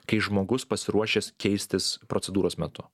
kai žmogus pasiruošęs keistis procedūros metu